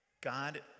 God